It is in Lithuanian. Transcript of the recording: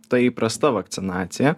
ta įprasta vakcinacija